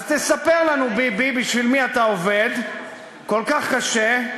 אז תספר לנו, ביבי, בשביל מי אתה עובד כל כך קשה?